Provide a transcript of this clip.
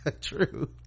True